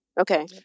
Okay